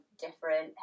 different